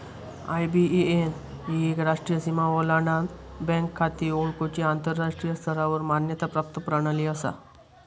IBAN ही एक राष्ट्रीय सीमा ओलांडान बँक खाती ओळखुची आंतराष्ट्रीय स्तरावर मान्यता प्राप्त प्रणाली असा